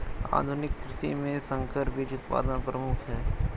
आधुनिक कृषि में संकर बीज उत्पादन प्रमुख है